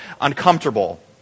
uncomfortable